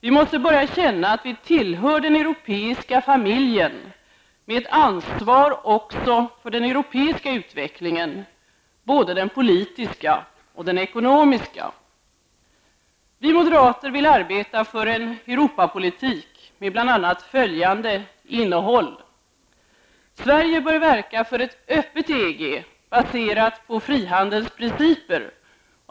Vi måste börja känna att vi tillhör den europeiska familjen med ett ansvar också för den europeiska utvecklingen, både den politiska och den ekonomiska. Vi moderater vill arbeta för en Europapolitik med bl.a. följande innehåll. Sverige bör verka för ett öppet EG baserat på frihandelns principer.